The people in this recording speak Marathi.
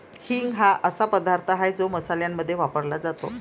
हिंग हा असा पदार्थ आहे जो मसाल्यांमध्ये वापरला जातो